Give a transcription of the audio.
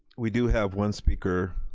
we do have one speaker,